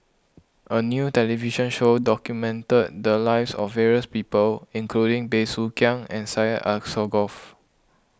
a new television show documented the lives of various people including Bey Soo Khiang and Syed Alsagoff